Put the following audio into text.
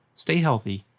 stay healthy,